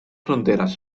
fronteres